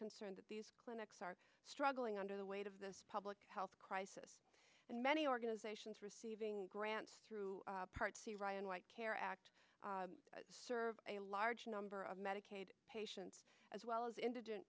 concern that these clinics are struggling under the weight of this public health crisis and many organizations receiving grants through part c ryan white care act serves a large number of medicaid patients as well as indigent